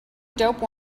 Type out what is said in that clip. dope